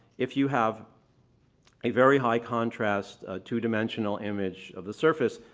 if you have a very high contrast, two dimensional image of the surface,